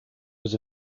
was